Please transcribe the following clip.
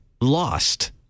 lost